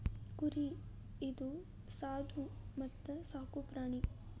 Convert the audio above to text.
ಕುರಿ ಇದು ಸಾದು ಮತ್ತ ಸಾಕು ಪ್ರಾಣಿ